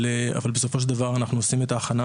אבל בסופו של דבר אנחנו עושים את ההכנה